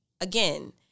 again